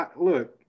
look